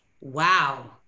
wow